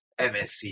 MSC